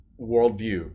worldview